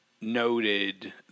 noted